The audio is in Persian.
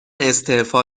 استعفا